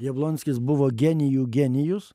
jablonskis buvo genijų genijus